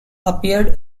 appeared